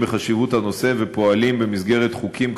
בחשיבות הנושא ופועלים במסגרת חוקים,